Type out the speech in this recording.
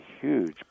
huge